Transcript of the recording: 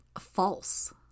false